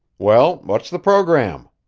well, what's the program?